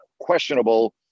questionable